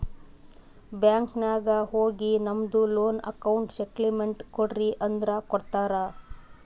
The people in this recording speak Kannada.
ಬ್ಯಾಂಕ್ ನಾಗ್ ಹೋಗಿ ನಮ್ದು ಲೋನ್ ಅಕೌಂಟ್ ಸ್ಟೇಟ್ಮೆಂಟ್ ಕೋಡ್ರಿ ಅಂದುರ್ ಕೊಡ್ತಾರ್